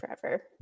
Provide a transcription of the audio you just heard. forever